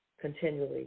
continually